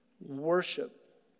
Worship